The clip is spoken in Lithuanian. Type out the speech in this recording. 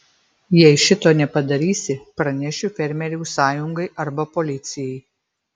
jei šito nepadarysi pranešiu fermerių sąjungai arba policijai